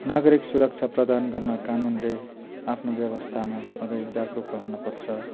नागरिक सुरक्षा प्रदान गर्न कानुनले आफ्नो व्यवस्थामा सधैँ जागरूक रहन पर्छ